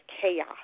chaos